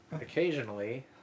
Occasionally